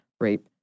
rape